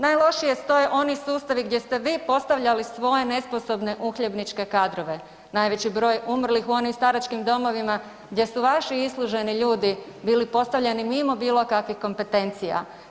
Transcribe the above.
Najlošije stoje oni sustavi gdje ste vi postavljali svoje nesposobne uhljebničke kadrove, najveći broj je umrlih u onim staračkim domovima gdje su vaši isluženi ljudi bilo postavljeni mimo bilo kakvih kompetencija.